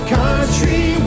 country